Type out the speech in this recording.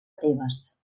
tebes